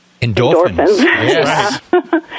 endorphins